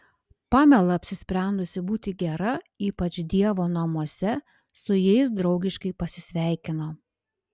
pamela apsisprendusi būti gera ypač dievo namuose su jais draugiškai pasisveikino